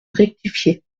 rectifié